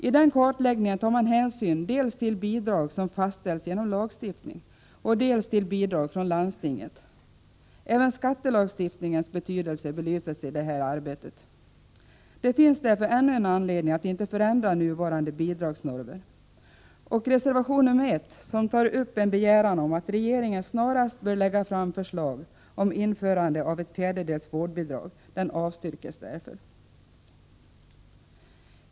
I den kartläggningen tar man hänsyn dels till bidrag som fastställs genom lagstiftning, dels till bidrag från landstinget. Även skattelagstiftningens betydelse belyses i detta arbete. Det fanns därför ännu en anledning att inte förändra nuvarande bidragsnormer. Reservation nr 1, som tar upp en begäran om att regeringen snarast bör lägga fram förslag om införande av ett fjärdedels vårdbidrag, avstyrks därför.